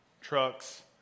trucks